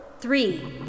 three